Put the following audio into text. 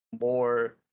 more